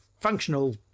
functional